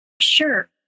Sure